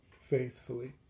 faithfully